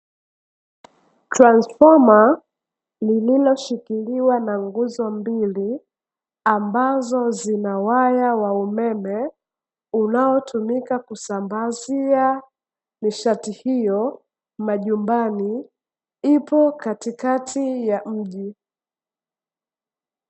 Transfoma lililoshikiliwa na nguzo mbili, ambazo zina waya wa umeme unaotumika kusambazia nishati hiyo majumbani ipo, katikati ya mji.